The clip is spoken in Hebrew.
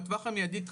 בטווח המיידי,